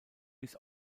bis